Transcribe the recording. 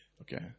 Okay